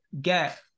get